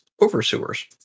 over-sewers